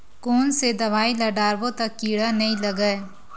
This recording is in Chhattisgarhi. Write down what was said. कोन से दवाई ल डारबो त कीड़ा नहीं लगय?